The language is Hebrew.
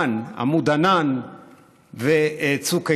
כמובן, הוא גם יודע מה זה עמוד ענן וצוק איתן,